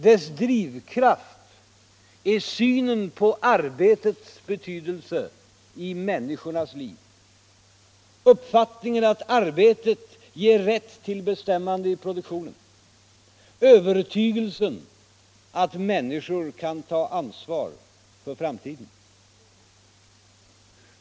Dess drivkraft är synen på arbetets betydelse i människornas liv, uppfattningen att arbetet ger rätt till bestämmande i produktionen, övertygelsen att människor kan ta ansvar för framtiden.